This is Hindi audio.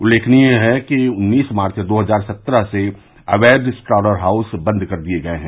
उल्लेखनीय है कि उन्नीस मार्च दो हजार सत्रह से अवैध स्लॉटर हाउस बंद कर दिए गए हैं